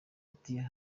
ati